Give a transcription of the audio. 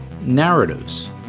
narratives